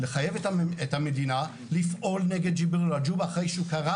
לחייב את המדינה לפעול נגד ג'יבריל רג'וב אחרי שהוא קרא